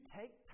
take